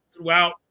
throughout